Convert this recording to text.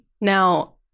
now